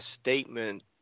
statement